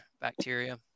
bacteria